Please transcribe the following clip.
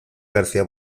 garcía